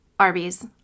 Arby's